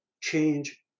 change